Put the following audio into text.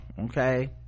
Okay